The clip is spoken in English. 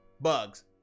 Bugs